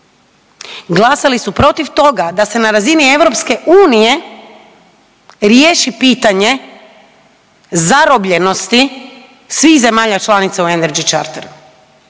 Glasali su protiv toga da se na razini Europske unije riješi pitanje zarobljenosti svih zemalja članica u Energy charteru.